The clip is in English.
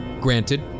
Granted